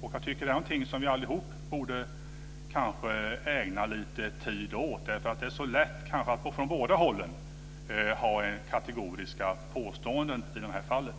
Det här är någonting som vi kanske allihop borde ägna lite tid åt. Det är så lätt att från både hållen ha kategoriska påståenden i det här fallet.